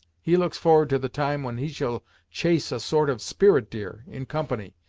he looks forward to the time when he shall chase a sort of spirit-deer, in company,